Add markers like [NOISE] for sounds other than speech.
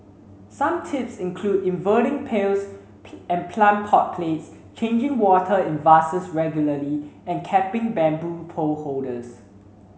some tips include inverting pails [UNINTELLIGIBLE] and plant pot plates changing water in vases regularly and capping bamboo pole holders